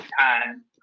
time